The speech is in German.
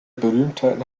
berühmtheiten